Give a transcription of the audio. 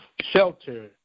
Shelter